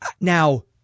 now